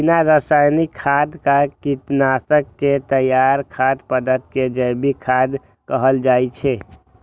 बिना रासायनिक खाद आ कीटनाशक के तैयार खाद्य पदार्थ कें जैविक खाद्य कहल जाइ छै